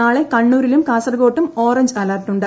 നാളെ കണ്ണൂരിലും കാസർകോട്ടും ഓറഞ്ച് അലർട്ടുണ്ട്